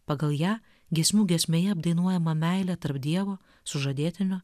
pagal ją giesmių giesmėje apdainuojama meilė tarp dievo sužadėtinio